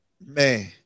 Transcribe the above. man